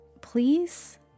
please